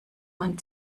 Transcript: man